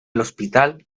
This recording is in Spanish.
hospital